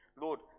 Lord